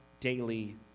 daily